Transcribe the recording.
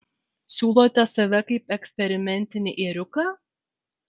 siūlote save kaip eksperimentinį ėriuką